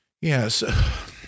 Yes